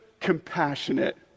compassionate